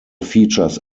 features